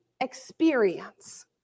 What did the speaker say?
experience